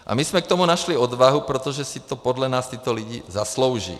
A my jsme k tomu našli odvahu, protože si to podle nás tyto lidi zaslouží.